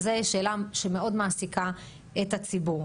זו שאלה שמאוד מעסיקה את הציבור.